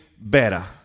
better